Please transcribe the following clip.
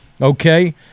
Okay